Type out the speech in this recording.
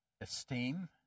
Esteem